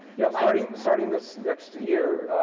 yeah, starting starting this next year.